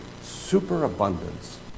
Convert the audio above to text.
superabundance